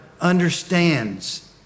understands